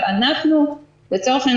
לצורך העניין,